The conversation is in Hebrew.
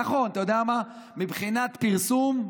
נכון, אתה יודע מה, מבחינת פרסום,